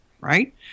right